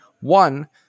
One